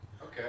Okay